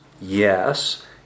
yes